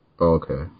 Okay